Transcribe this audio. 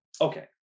Okay